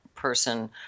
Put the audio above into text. person